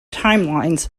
timelines